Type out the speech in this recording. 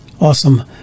Awesome